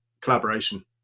collaboration